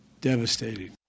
Devastating